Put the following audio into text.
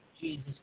Jesus